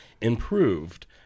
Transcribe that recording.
improved